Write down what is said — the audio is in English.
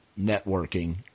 networking